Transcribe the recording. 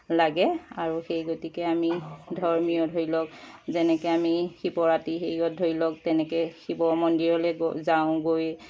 লাগে আৰু সেই গতিকে আমি ধৰ্মীয় ধৰি লওক যেনেকৈ আমি শিৱৰাত্ৰি হেৰিয়ত ধৰি লওক তেনেকৈ শিৱ মন্দিৰলৈ গৈ যাওঁ গৈ